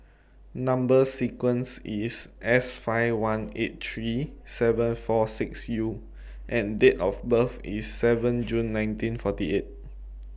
Number sequence IS S five one eight three seven four six U and Date of birth IS seven June nineteen forty eight